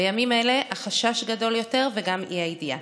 בימים אלו החשש גדול יותר, וגם האי-ידיעה.